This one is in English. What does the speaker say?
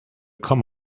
come